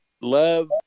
love